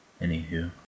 Anywho